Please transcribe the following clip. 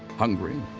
hungry,